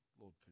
Lord